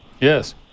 Yes